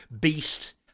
Beast